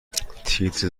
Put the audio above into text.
تیتر